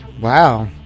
Wow